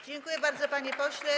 Dziękuję bardzo, panie pośle.